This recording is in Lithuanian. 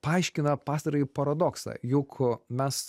paaiškina pastarąjį paradoksą juk mes